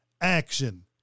action